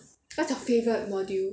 what's your favourite module